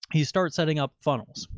he starts setting up funnels,